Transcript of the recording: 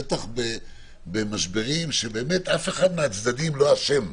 ובטח במשברים שבאמת אף אחד מן הצדדים לא אשם בהם.